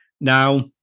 Now